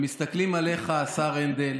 ומסתכלים עליך, השר הנדל,